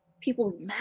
people's